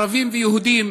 ערבים ויהודים,